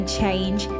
change